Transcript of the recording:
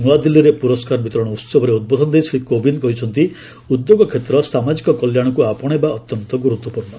ନୂଆଦିଲ୍ଲୀରେ ପୁରସ୍କାର ବିତରଣ ଉତ୍ସବରେ ଉଦ୍ବୋଧନ ଦେଇ ଶ୍ରୀ କୋବିନ୍ଦ କହିଛନ୍ତି ଉଦ୍ୟୋଗ କ୍ଷେତ୍ର ସାମାଜିକ କଲ୍ୟାଣକୁ ଆପଣାଇବା ଅତ୍ୟନ୍ତ ଗୁରୁତ୍ୱପୂର୍ଣ୍ଣ